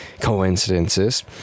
coincidences